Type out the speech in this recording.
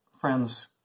Friends